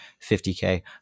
50K